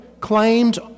claimed